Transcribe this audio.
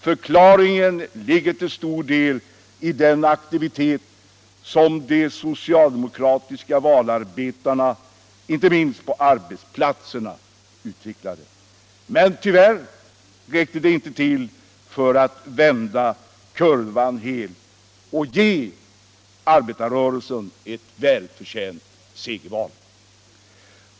Förklaringen ligger till stor det i den aktivitet som de socialdemokratiska valarbetarna utvecklade, inte minst på arbetsplatserna. Men tyvärr räckte det inte till för att vända kurvan helt och ge arbetarrörelsen ett välförtjänt segerval.